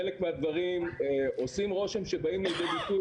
חלק מהדברים עושים רושם שהם באים לידי ביטוי,